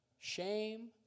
Shame